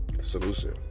Solution